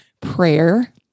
prayer